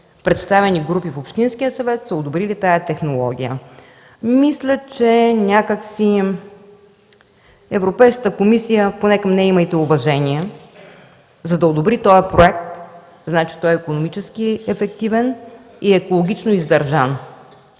представени групи в общинския съвет, без изключение, са одобрили тази технология. Мисля, че някак си Европейската комисия – поне към нея имайте уважение, за да одобри този проект, значи е икономически ефективен и екологично издържан.